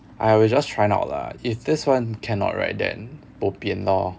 I will just try it out lah if this [one] cannot right then bo bian lor